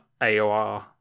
AOR